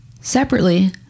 Separately